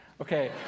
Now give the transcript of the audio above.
okay